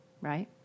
Right